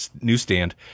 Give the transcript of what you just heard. newsstand